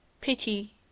PITY